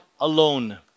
alone